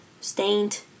stained